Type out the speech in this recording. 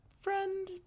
friend